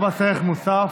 חוק ומשפט.